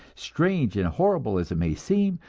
strange and horrible as it may seem,